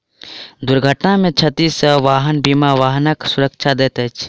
दुर्घटना में क्षति सॅ वाहन बीमा वाहनक सुरक्षा दैत अछि